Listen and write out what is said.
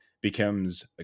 becomes